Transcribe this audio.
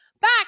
back